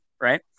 right